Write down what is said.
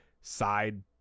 side